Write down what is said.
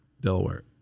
Delaware